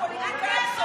הפוליטיקאים,